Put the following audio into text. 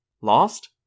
Lost